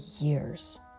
years